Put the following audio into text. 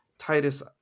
Titus